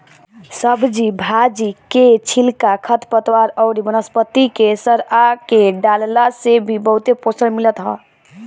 सब्जी भाजी के छिलका, खरपतवार अउरी वनस्पति के सड़आ के डालला से भी बहुते पोषण मिलत ह